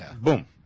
Boom